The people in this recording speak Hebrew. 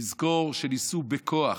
לזכור שניסו בכוח,